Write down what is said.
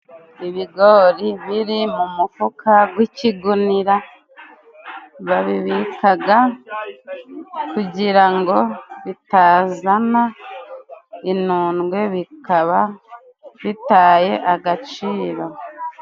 Ibigori biri mu mufuka gw'ikigunira, babikaga kugira ngo bitazana inodwe, bikaba bitaye agaciro.